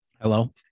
Hello